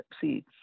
See